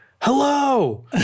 hello